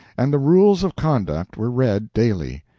and the rules of conduct were read daily.